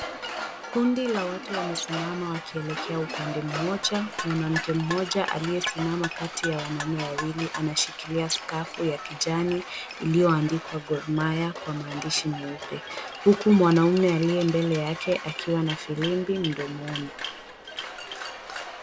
Kundi la watu wamesimama wakielekea upande mmoja. Mwanamke mmoja aliyesimama kati ya wanaume wawili, anashikilia skafu ya kijani iliyoandikwa Gor Mahia kwa maandishi meupe. Huku mwanamume aliye mbele yake akiwa na filimbi mdomoni.